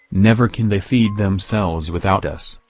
never can they feed themselves without us!